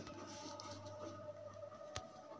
शहर मे बहुत लोक पारस्परिक बचत बैंकक उपयोग करैत अछि